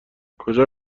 کجا